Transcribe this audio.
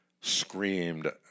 screamed